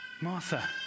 Martha